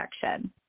protection